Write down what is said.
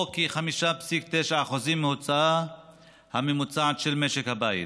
או כ-5.9% מההוצאה הממוצעת של משק הבית,